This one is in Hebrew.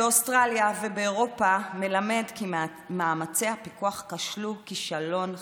באוסטרליה ובאירופה מלמד כי מאמצי הפיקוח כשלו כישלון חרוץ.